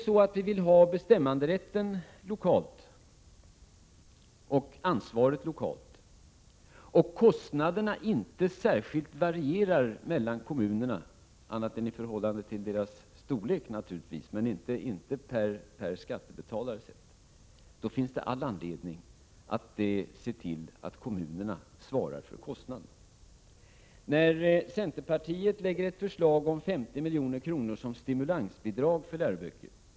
Om vi vill ha bestämmanderätten och ansvaret lokalt och om kostnaderna inte särskilt varierar mellan kommunerna — annat än i förhållande till deras storlek naturligtvis, men alltså inte per skattebetalare — finns det all anledning att se till att kommunerna svarar för kostnaden. Centerpartiet lägger fram ett förslag om 50 milj.kr. som stimulansbidrag när det gäller inköp av läroböcker.